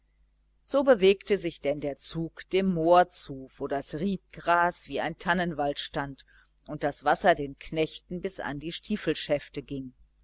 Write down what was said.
so bewegte sich denn der zug dem moor zu wo das riedgras wie ein tannenwald stand und das wasser den knechten bis an die stiefelschäfte ging